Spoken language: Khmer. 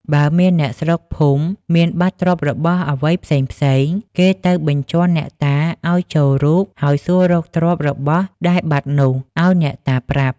បើមានអ្នកស្រុកភូមិមានបាត់ទ្រព្យរបស់អ្វីផ្សេងៗ គេទៅបញ្ជាន់អ្នកតាឲ្យចូលរូប ហើយសួររកទ្រព្យរបស់ដែលបាត់នោះ ឲ្យអ្នកតាប្រាប់ ។